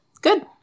Good